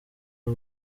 uwo